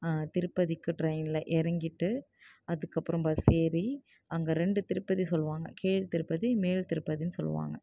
திருப்பதிக்கு ட்ரைனில் இறங்கிட்டு அதுக்கப்புறம் பஸ் ஏறி அங்கே ரெண்டு திருப்பதி சொல்வாங்க கீழ்திருப்பதி மேல்திருப்பதின்னு சொல்வாங்க